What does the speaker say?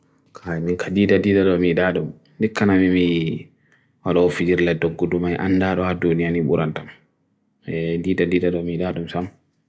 kha mika dhida dhida ramee dadum dikha na mimi alo ofidir le dhokku dumai andarwa dur nia ni buranta dhida dhida ramee dadum sam